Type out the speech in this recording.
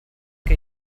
che